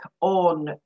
on